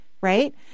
right